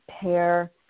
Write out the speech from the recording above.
pair